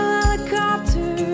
helicopter